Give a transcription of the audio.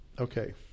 Okay